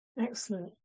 Excellent